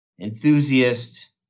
enthusiast